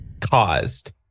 caused